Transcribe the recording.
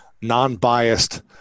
non-biased